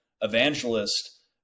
evangelist